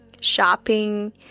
shopping